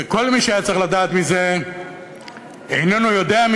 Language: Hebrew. וכל מי שהיה צריך לדעת על זה איננו יודע,